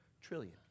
trillion